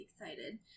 excited